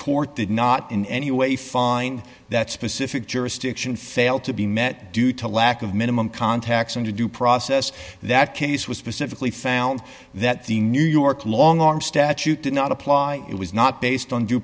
court did not in any way find that specific jurisdiction failed to be met due to lack of minimum contacts and to due process that case was specifically found that the new york long arm statute did not apply it was not based on d